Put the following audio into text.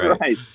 right